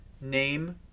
name